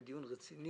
ודיון רציני.